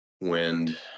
wind